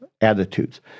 attitudes